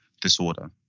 disorder